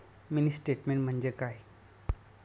Mini statement म्हणजे काय?